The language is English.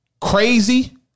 crazy